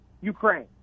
Ukraine